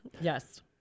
Yes